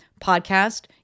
podcast